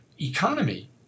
economy